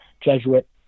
Jesuit